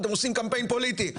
אתה עושים קמפיין פוליטי.